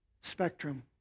spectrum